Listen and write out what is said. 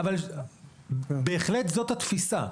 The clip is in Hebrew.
בהחלט זאת התפיסה.